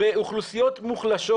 באוכלוסיות מוחלשות.